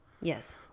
Yes